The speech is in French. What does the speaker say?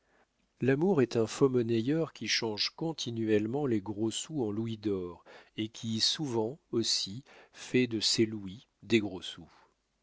l'amour est un faux monayeur qui change continuellement les gros sous en louis d'or et qui souvent aussi fait de ses louis des gros